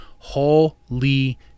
Holy